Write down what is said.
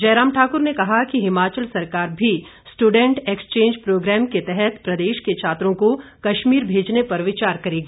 जयराम ठाकुर ने कहा कि हिमाचल सरकार भी स्ट्डेंट एक्सचेंज प्रोग्राम के तहत प्रदेश के छात्रों को कश्मीर भेजने पर विचार करेगी